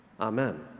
Amen